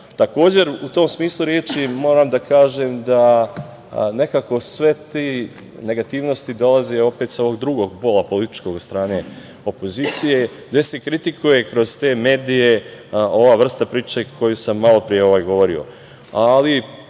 u tom smislu reči, moram da kažem da nekako sve te negativnosti dolaze opet sa ovog drugog bola političkog od strane opozicije, gde se kritikuje kroz te medije ova vrsta priče koju sam malopre govorio.